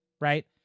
right